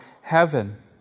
heaven